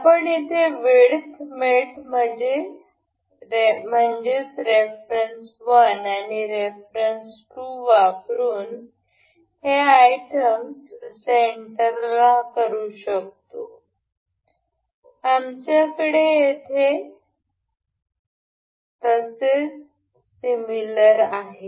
आपण इथे विडथ मेट म्हणजेच रेफरन्स 1 आणि रेफरन्स 2 वापरून हे आयटम्स सेंटरला करू शकतो आमच्याकडे येथे तसेच सिमिलर आहे